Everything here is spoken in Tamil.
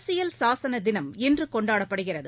அரசியல் சாசனதினம் இன்றுகொண்டாடப்படுகிறது